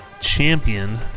Champion